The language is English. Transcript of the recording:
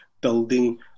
building